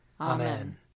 Amen